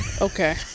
okay